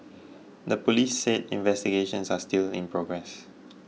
the police said investigations are still in progress